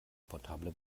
portable